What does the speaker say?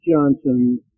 Johnson